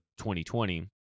2020